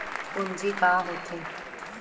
पूंजी का होथे?